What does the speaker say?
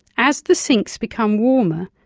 as the sinks become warmer,